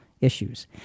issues